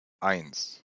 eins